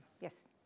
Yes